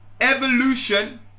evolution